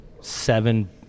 seven